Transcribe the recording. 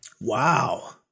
Wow